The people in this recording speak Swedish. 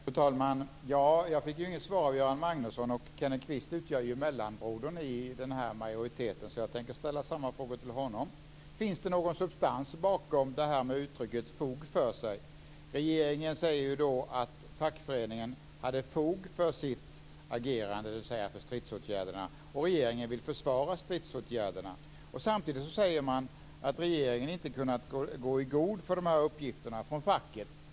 Fru talman! Jag fick inget svar av Göran Magnusson, och Kenneth Kvist utgör ju mellanbrodern i den här majoriteten så jag tänker ställa samma fråga till honom. Finns det någon substans bakom det här uttrycket "fog för sig"? Regeringen säger ju att fackföreningen hade fog för sitt agerande, dvs. för stridsåtgärderna. Regeringen vill försvara stridsåtgärderna. Samtidigt säger man att regeringen inte kunnat gå i god för uppgifterna från facket.